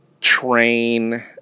train